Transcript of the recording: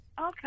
Okay